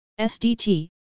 SDT